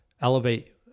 elevate